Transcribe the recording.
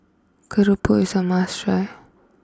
Keropok is a must try